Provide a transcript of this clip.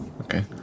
Okay